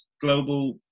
global